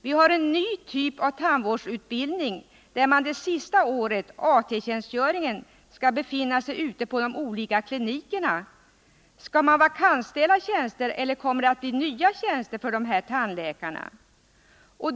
Vi har en ny typ av tandvårdsutbildning, där det sista året, AT-tjänstgöringen, skall fullgöras ute på de olika klinikerna. Skall tjänster vakantsättas, eller kommer det att bli nya tjänster för de här tandläkarna?